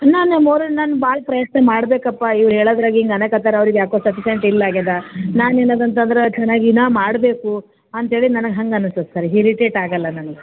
ನಾನು ನಾನು ಭಾಳ ಪ್ರಯತ್ನ ಮಾಡಬೇಕಪ್ಪಾ ಇವ್ರು ಹೇಳೋದ್ರಾಗೆ ಹಿಂಗೆ ಅನ್ನಕತ್ತಾರೆ ಅವ್ರಿಗೆ ಯಾಕೋ ಸಫೀಷಿಯಂಟ್ ಇಲ್ಲ ಆಗ್ಯಾದೆ ನಾನು ಏನದು ಅಂತಂದ್ರೆ ಚೆನ್ನಾಗಿ ನಾ ಮಾಡಬೇಕು ಅಂತ್ಹೇಳಿ ನನಗೆ ಹಂಗೆ ಅನ್ನಿಸ್ತದೆ ಸರ್ ಹಿರಿಟೇಟ್ ಆಗೋಲ್ಲ ನನಗ್